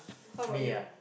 how about you